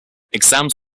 exams